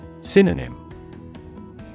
Synonym